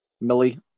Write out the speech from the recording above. Millie